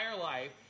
life